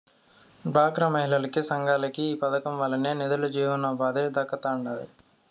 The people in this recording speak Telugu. డ్వాక్రా మహిళలకి, సంఘాలకి ఈ పదకం వల్లనే నిదులు, జీవనోపాధి దక్కతండాడి